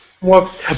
Whoops